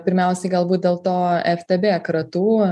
pirmiausiai galbūt dėl to ftb kratų